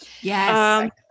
Yes